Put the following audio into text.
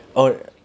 oh